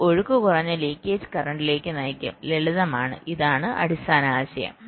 അത് ഒഴുക്ക് കുറഞ്ഞ ലീക്കേജ് കറന്റിലേക്ക് നയിക്കും ലളിതമാണ് ഇതാണ് അടിസ്ഥാന ആശയം